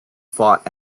fought